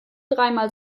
dreimal